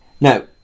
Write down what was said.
Now